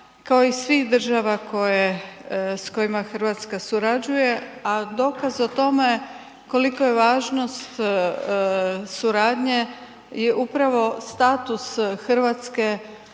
kao i svih država koje, s kojima Hrvatska surađuje a dokaz o tome kolika je važnost suradnje je upravo status Hrvatske